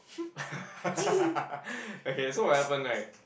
okay so what happen right